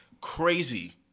crazy